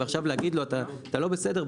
ועכשיו להגיד לו אתה לא בסדר,